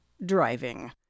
driving